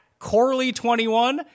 Corley21